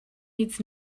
needs